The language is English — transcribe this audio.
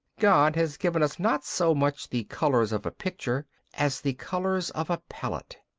god has given us not so much the colours of a picture as the colours of a palette.